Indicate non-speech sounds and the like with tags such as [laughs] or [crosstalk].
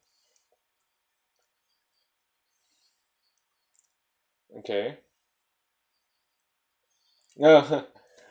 okay ya [laughs]